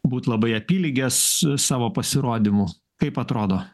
būt labai apylygės savo pasirodymu kaip atrodo